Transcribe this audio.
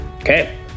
Okay